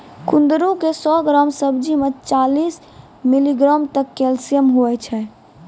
कुंदरू के सौ ग्राम सब्जी मे चालीस मिलीग्राम तक कैल्शियम हुवै छै